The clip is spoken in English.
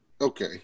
okay